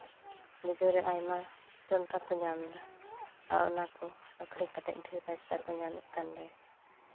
ᱵᱤᱜᱷᱟᱹ ᱨᱮ ᱟᱭᱢᱟ ᱡᱚᱱᱰᱨᱟ ᱠᱚ ᱧᱟᱢᱫᱟ ᱟᱨ ᱚᱱᱟᱠᱚ ᱟᱹᱠᱷᱨᱤᱧ ᱠᱟᱛᱮ ᱰᱷᱮᱨ ᱯᱚᱭᱥᱟ ᱠᱚ ᱧᱟᱢᱮᱫ ᱠᱟᱱᱨᱮ